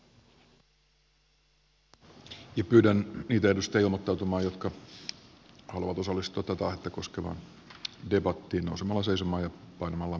pyydän niitä edustajia ilmoittautumaan jotka haluavat osallistua tätä aihetta koskevaan debattiin nousemalla seisomaan ja painamalla v painiketta